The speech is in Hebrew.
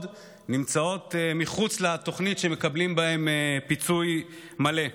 נמצאות מחוץ לתוכנית שמקבלים בה פיצוי מלא.